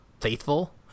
faithful